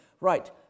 Right